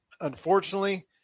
Unfortunately